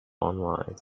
online